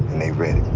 and they ready.